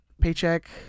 paycheck